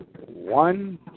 One